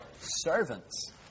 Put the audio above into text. servants